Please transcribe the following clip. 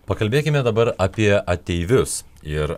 pakalbėkime dabar apie ateivius ir